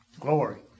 Glory